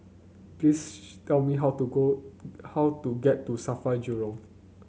please tell me how to go how to get to Safra Jurong